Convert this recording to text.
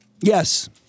Yes